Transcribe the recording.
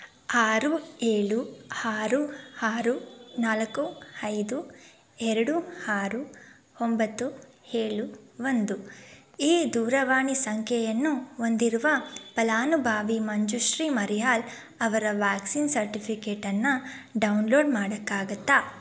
ಆರು ಏಳು ಆರು ಆರು ನಾಲ್ಕು ಐದು ಎರಡು ಆರು ಒಂಬತ್ತು ಏಳು ಒಂದು ಈ ದೂರವಾಣಿ ಸಂಖ್ಯೆಯನ್ನು ಹೊಂದಿರುವ ಫಲಾನುಭವಿ ಮಂಜುಶ್ರೀ ಮರಿಯಾಲ್ ಅವರ ವ್ಯಾಕ್ಸಿನ್ ಸರ್ಟಿಫಿಕೇಟನ್ನು ಡೌನ್ಲೋಡ್ ಮಾಡೋಕ್ಕಾಗತ್ತಾ